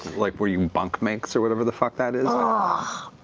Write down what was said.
like were you bunk makes or whatever the fuck that is? ah